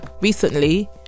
recently